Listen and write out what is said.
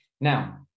now